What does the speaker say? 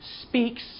speaks